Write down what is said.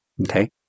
Okay